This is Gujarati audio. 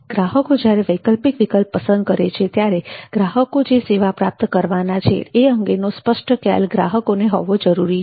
ગ્રાહકો જ્યારે વૈકલ્પિક વિકલ્પ પસંદ કરે છે ત્યારે ગ્રાહકો જે સેવા પ્રાપ્ત કરવાના છે તે અંગેનો સ્પષ્ટ ખ્યાલ ગ્રાહકોને હોવો જરૂરી છે